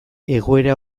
egoera